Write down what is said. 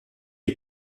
est